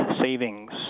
savings